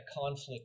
conflict